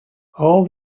all